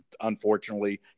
unfortunately